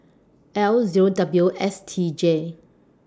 L Zero W S T J